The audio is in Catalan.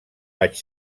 vaig